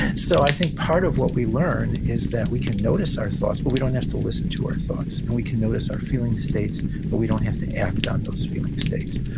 and so i think part of what we learn is that we can notice our thoughts, but we don't have to listen to our thoughts. and we can notice our feeling states, but we don't have to act on those feeling states.